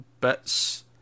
bits